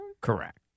Correct